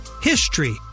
HISTORY